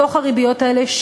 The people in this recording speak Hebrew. בתוך הריביות האלה,